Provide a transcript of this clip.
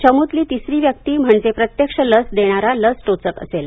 चमूतली तिसरी व्यक्ती म्हणजे प्रत्यक्ष लस देणारा लस टोचक असेल